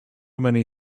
many